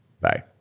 Bye